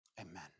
amen